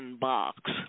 box